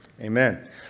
Amen